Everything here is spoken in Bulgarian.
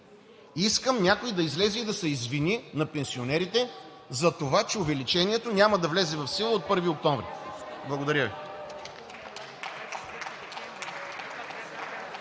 Искам някой да излезе и да се извини на пенсионерите затова, че увеличението няма да влезе в сила от 1 октомври. Благодаря.